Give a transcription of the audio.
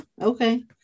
Okay